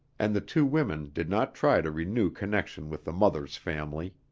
and the two women did not try to renew connection with the mother's family.